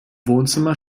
wohnzimmer